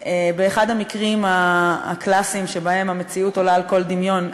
באחד המקרים הקלאסיים שבהם המציאות עולה על כל דמיון.